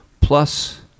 Plus